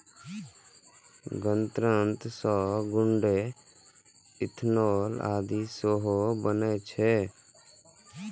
गन्ना सं गुड़, इथेनॉल आदि सेहो बनै छै